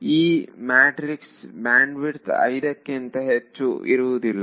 ಈ ಮ್ಯಾಟ್ರಿಕ್ಸ್ನ ಬ್ಯಾಂಡ್ವಿಡ್ತ್ ಐದಕ್ಕಿಂತ ಹೆಚ್ಚು ಇರುವುದಿಲ್ಲ